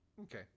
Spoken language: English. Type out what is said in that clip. Okay